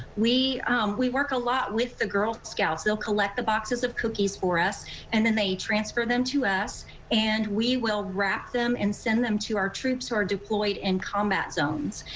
we we work a lot with the girl scouts. they'll collect the boxes of cookies for us and then they transfer them to us and we will wrap them and send them to our troops who are deployed in combat zones.